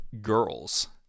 girls